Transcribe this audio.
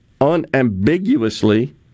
unambiguously